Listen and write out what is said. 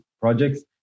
projects